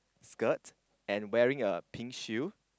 skirt and wearing a pink shoe